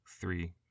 three